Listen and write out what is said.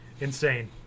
insane